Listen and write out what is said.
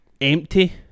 empty